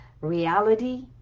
reality